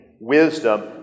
wisdom